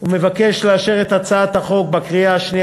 ומבקש לאשר את הצעת החוק בקריאה השנייה